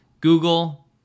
Google